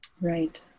Right